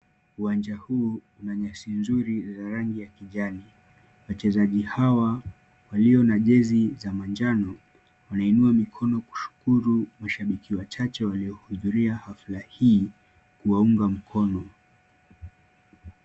Uwanja huu unanyasia nzuri la rangi ya kijani. Wachezaji hawa walio na jezi za manjano, wanainua mikono kushukuru mashabiki wachache waliohudhuria hafla hii kuwaunga mkono.